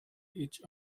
each